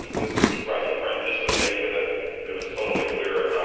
this a supervisor friend, just to make sure that it was totally clear.